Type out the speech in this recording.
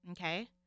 okay